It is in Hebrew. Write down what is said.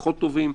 פחות טובים,